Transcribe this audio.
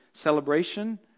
Celebration